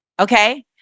okay